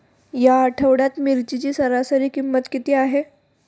या आठवड्यात मिरचीची सरासरी किंमत किती आहे?